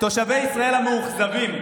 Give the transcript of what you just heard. תושבי ישראל המאוכזבים,